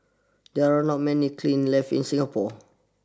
there are not many kilns left in Singapore